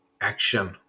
action